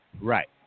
right